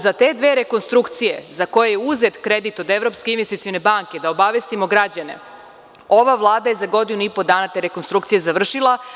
Za te dve rekonstrukcije za koje je uzet kredit od Evropske investicione banke, da obavestimo građane, ova Vlada je za godinu i po dana te rekonstrukcije završila.